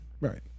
Right